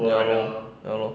ya lor ya lor